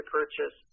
purchase